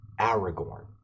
Aragorn